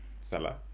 Salah